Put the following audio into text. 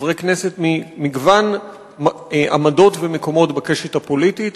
חברי כנסת ממגוון עמדות ומקומות בקשת הפוליטית,